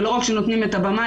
ולא רק שנותנים את הבמה,